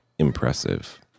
impressive